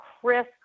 Chris